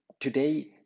Today